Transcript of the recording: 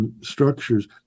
structures